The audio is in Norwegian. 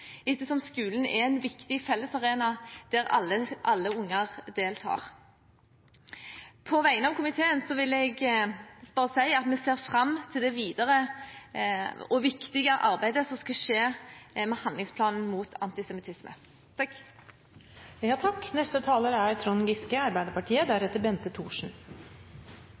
ettersom skolen er en viktig fellesarena der alle unger deltar. På vegne av komiteen vil jeg si at vi ser fram til det viktige videre arbeidet som skal skje med handlingsplanen mot antisemittisme. Det er